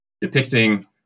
depicting